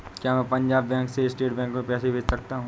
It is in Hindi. क्या मैं पंजाब बैंक से स्टेट बैंक में पैसे भेज सकता हूँ?